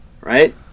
right